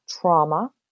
trauma